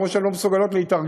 והן אמרו שהן לא מסוגלות להתארגן.